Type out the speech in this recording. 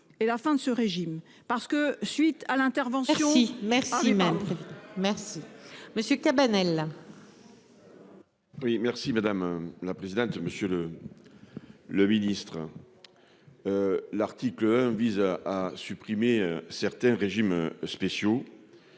et la fin de ce régime parce que suite à l'intervention. Merci maman. Merci monsieur Cabanel. Oui merci madame la présidente. Monsieur le. Le ministre. L'article 1 vise à supprimer certains régimes spéciaux.